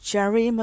Jerry